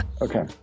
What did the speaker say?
Okay